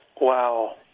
Wow